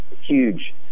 Huge